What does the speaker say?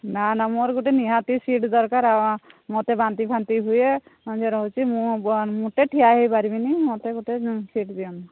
ନା ନା ମୋର ଗୋଟେ ନିହାତି ସିଟ୍ ଦରକାର ଆଉ ମତେ ବାନ୍ତି ଫାନ୍ତି ହୁଏ ଜ୍ୱର ହେଉଛି ମୁଁ ମୁଟେ ଠିଆ ହୋଇପାରିବନି ମୋତେ ଗୋଟେ ସିଟ୍ ଦିଅନ୍ତୁ